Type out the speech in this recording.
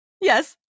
Yes